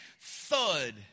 thud